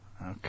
Okay